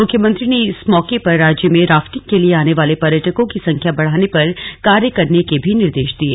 मुख्यमंत्री ने इस मौके पर राज्य में राफ्टिंग के लिए आने वाले पर्यटकों की संख्या बढ़ाने पर कार्य करने के भी निर्देश दिये